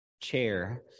chair